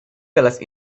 kelas